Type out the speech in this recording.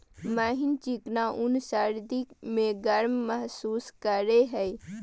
महीन चिकना ऊन सर्दी में गर्म महसूस करेय हइ